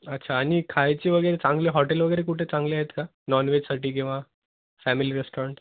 अच्छा आणि खायची वगैरे चांगली हॉटेल वगैरे कुठे चांगली आहेत का नॉन वेजसाठी किंवा फॅमिली रेश्टॉरंट